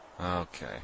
Okay